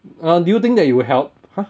uh do you think that it will help